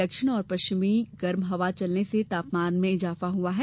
दक्षिण और पश्चिमी गर्म हवा चलने से तापमान में इजाफा हुआ है